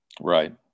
Right